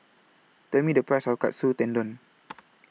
Tell Me The Price of Katsu Tendon